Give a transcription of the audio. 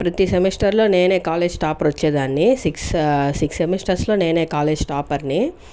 ప్రతి సెమిస్టర్ లో నేనే కాలేజ్ టాపర్ వచ్చేదాన్ని సిక్స్ సిక్స్ సెమిస్టర్ లో నేనే కాలేజ్ టాపర్ ని